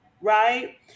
right